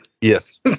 Yes